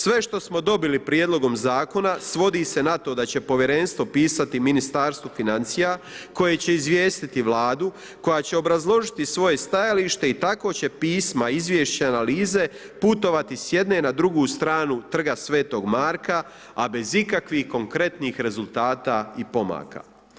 Sve što smo dobili Prijedlogom zakona svodi se na to da će Povjerenstvo pisati Ministarstvu financija koje će izvijestiti Vladu, koja će obrazložiti svoje stajalište i tako će pisma, izvješća, analize putovati s jedne na drugu stranu Trga sv. Marka a bez ikakvih konkretnih rezultata i pomaka.